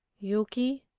yuki,